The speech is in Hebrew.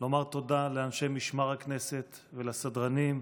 ולומר תודה לאנשי משמר הכנסת ולסדרנים,